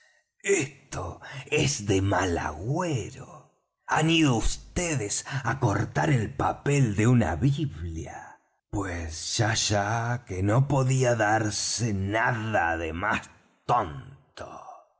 esto es de mal agüero han ido vds á cortar el papel de una biblia pues yaya que no podía darse nada de más tonto